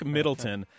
Middleton